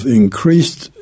increased